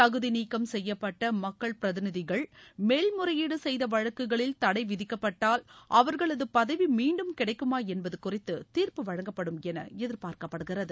தகுதி நீக்கம் செய்யப்பட்ட மக்கள் பிரதிநிதிகள் மேல்முறையீடு செய்த வழக்குகளில் தடை விதிக்கப்பட்டால் அவர்களது பதவி மீண்டும் கிடைக்குமா என்பது குறித்து தீர்ப்பு வழங்கப்படும் என எதிர்பார்க்கப்படுகிறது